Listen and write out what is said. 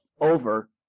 over